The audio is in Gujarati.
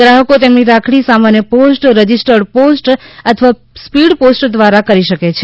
ગ્રાહકો તેમની રાખડી સામાન્ય પોસ્ટ રજિસ્ટર્ડ પોસ્ટ અથવા સ્પીડ પોસ્ટ દ્વારા કરી શકે છે